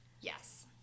Yes